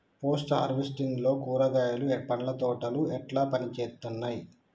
Post harvesting లో కూరగాయలు పండ్ల తోటలు ఎట్లా పనిచేత్తనయ్?